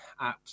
apps